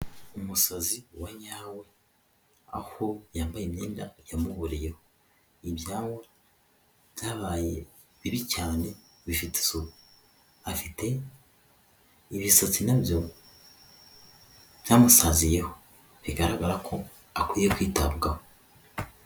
Umusazi wa nyawe aho yambaye imyenda yamuboriyeho, ibyabo byabaye bibi cyane bidafite isuku ibisatsi nabyo nabyo byamusaziyeho bigaragara ko akwiye kwitabwaho.